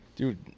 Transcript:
Dude